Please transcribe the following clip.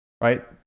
right